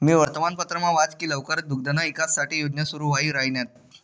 मी वर्तमानपत्रमा वाच की लवकरच दुग्धना ईकास साठे योजना सुरू व्हाई राहिन्यात